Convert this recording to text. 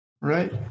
Right